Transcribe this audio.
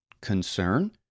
concern